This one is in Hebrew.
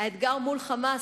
האתגר מול "חמאס",